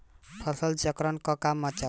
फसल चक्रण क का महत्त्व बा?